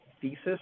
thesis